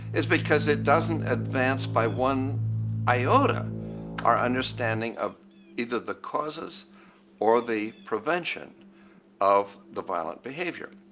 is because it doesn't advance by one iota our understanding of either the causes or the prevention of the violent behavior.